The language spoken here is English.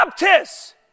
Baptists